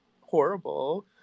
horrible